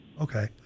Okay